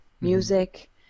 music